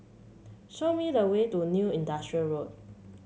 show me the way to New Industrial Road